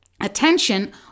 Attention